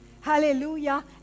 hallelujah